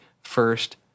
first